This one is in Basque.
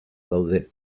daude